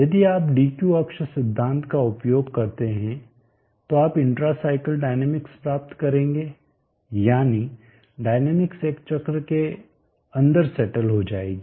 यदि आप DQ अक्ष सिद्धांत का उपयोग करते हैं तो आप इंट्रा साइकल डायनेमिक्स प्राप्त करेंगे यानी डायनामिक्स एक चक्र के के अन्दर सेटल हो जायेगी